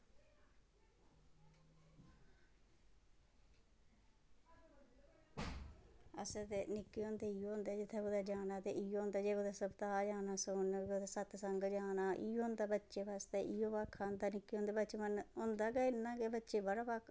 असें ते निक्के होंदे इयो होंदा कि जित्थें कुदै जाना ते इयो होंदा जे कुदै सरताह् जाना सुनन कुदै सतसंग जाना इयो होंदा बच्चे आस्तै इयो भाक्खा होंदा निक्के होंदे बचपन होंदा गै इयां गै बच्चेई बड़ा पता